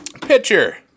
pitcher